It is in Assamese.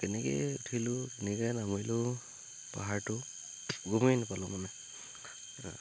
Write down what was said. কেনেকে উঠিলোঁ কেনেকে নামিলোঁ পাহাৰটো গমেই নাপালোঁ মানে